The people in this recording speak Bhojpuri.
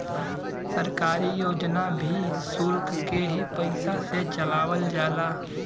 सरकारी योजना भी सुल्क के ही पइसा से चलावल जाला